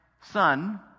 son